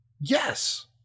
Yes